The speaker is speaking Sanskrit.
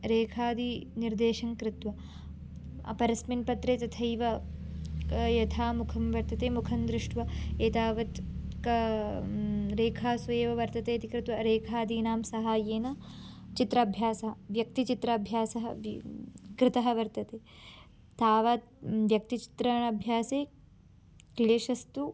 रेखादिनिर्देशं कृत्वा अपरस्मिन् पत्रे तथैव यथा मुखं वर्तते मुखं दृष्ट्वा एतावत् क रेखासु एव वर्तते इति कृत्वा रेखादीनां साहाय्येन चित्राभ्यासः व्यक्तिचित्राभ्यासः वि कृतः वर्तते तावत् व्यक्तिचित्रणाभ्यासे क्लेशस्तु